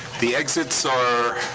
the exits are.